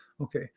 Okay